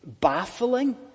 baffling